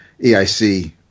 EIC